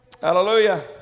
Hallelujah